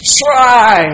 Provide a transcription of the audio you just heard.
try